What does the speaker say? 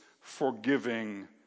forgiving